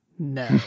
No